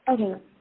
Okay